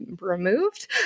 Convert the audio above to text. removed